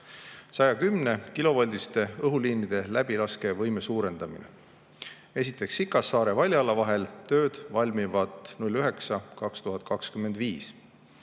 110-kilovoldiste õhuliinide läbilaskevõime suurendamine. Sikassaare–Valjala vahel tööd valmivad 09.2025.